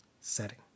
setting